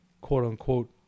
quote-unquote